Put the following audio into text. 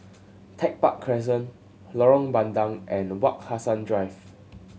Tech Park Crescent Lorong Bandang and Wak Hassan Drive